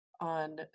on